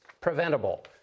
preventable